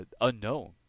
unknown